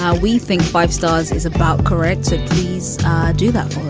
ah we think five stars is about correct. please do that